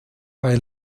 bei